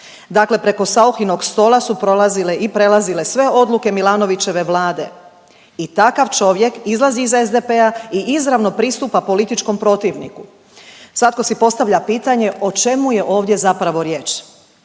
Dakle, preko Sauchinog stola su prolazile i prelazile sve odluke Milanovićeve Vlade. I takav čovjek izlazi iz SDP-a i izravno pristupa političkom protivniku. Svatko si postavlja pitanje o čemu je ovdje zapravo riječ?